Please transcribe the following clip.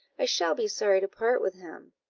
i shall be sorry to part with him.